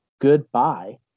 Goodbye